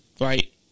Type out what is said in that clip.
right